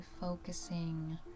focusing